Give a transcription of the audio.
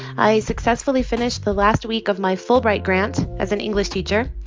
i successfully finished the last week of my fulbright grant as an english teacher.